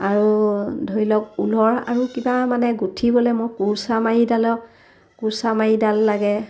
আৰু ধৰি লওক ঊলৰ আৰু কিবা মানে গোঁঠিবলৈ মোৰ কুৰ্চা মাৰিডালক কুৰ্চা মাৰিডাল লাগে